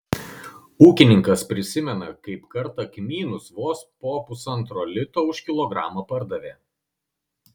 ūkininkas prisimena kaip kartą kmynus vos po pusantro lito už kilogramą pardavė